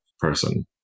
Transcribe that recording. person